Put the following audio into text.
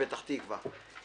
כתובים לי פה